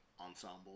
Ensemble